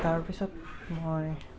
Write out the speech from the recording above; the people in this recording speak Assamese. তাৰপিছত মই